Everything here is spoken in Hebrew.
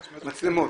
מצלמות,